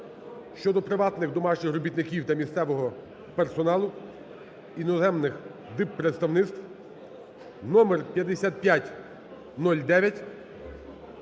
(щодо приватних домашніх робітників та місцевого персоналу іноземних диппредставництв) (№ 5509)